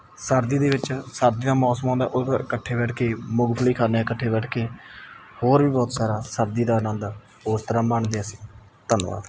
ਸਰਦੀ ਦੇ ਵਿੱਚ ਸਰਦੀ ਦਾ ਮੌਸਮ ਆਉਂਦਾ ਉਹਦੇ ਇਕੱਠੇ ਬੈਠ ਕੇ ਮੂੰਗਫਲੀ ਖਾਂਦੇ ਇਕੱਠੇ ਬੈਠ ਕੇ ਹੋਰ ਵੀ ਬਹੁਤ ਸਾਰਾ ਸਰਦੀ ਦਾ ਆਨੰਦ ਉਸ ਤਰ੍ਹਾਂ ਮਾਣਦੇ ਅਸੀਂ ਧੰਨਵਾਦ